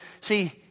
see